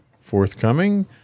forthcoming